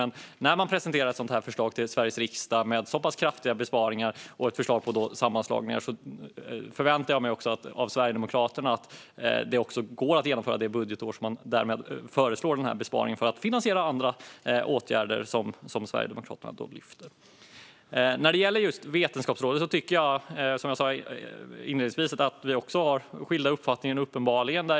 När man presenterar ett sådant här förslag för Sveriges riksdag med så pass kraftiga besparingar och ett förslag på sammanslagningar förväntar jag mig av Sverigedemokraterna att det också går att genomföra under det budgetår som man föreslår att besparingen ska göras för att finansiera andra åtgärder som Sverigedemokraterna lyfter fram. När det gäller Vetenskapsrådet har vi, som jag sa inledningsvis, uppenbarligen skilda uppfattningar.